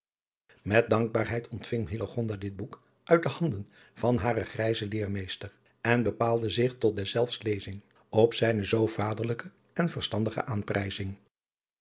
met dankbaarheid ontving hillegonda dit boek uit de handen van haren grijzen leermeester en bepaalde zich tot deszelfs lezing op zijne zoo vaderlijke en verstandige aanprijzing